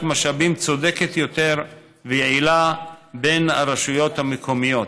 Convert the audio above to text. משאבים צודקת יותר ויעילה בין הרשויות המקומיות.